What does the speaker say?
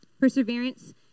Perseverance